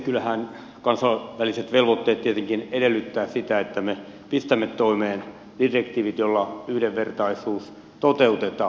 kyllähän kansainväliset velvoitteet tietenkin edellyttävät sitä että me pistämme toimeen direktiivit joilla yhdenvertaisuus toteutetaan